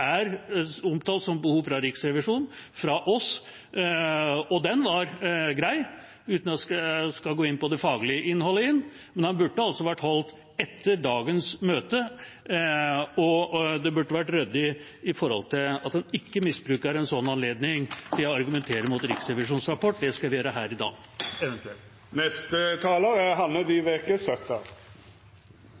er omtalt som behov fra Riksrevisjonen, fra oss, og den var grei, uten at jeg skal gå inn på det faglige innholdet i den. Men den burde vært holdt etter dagens møte, og det burde vært ryddig med tanke på at en ikke misbruker en slik anledning til å argumentere mot Riksrevisjonens rapport. Det skal vi gjøre her i dag eventuelt. Som vanlig har Riksrevisjonen lagt fram en god og grundig rapport. Men det er